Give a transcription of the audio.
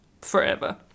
forever